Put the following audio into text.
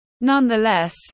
Nonetheless